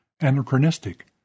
anachronistic